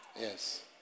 Yes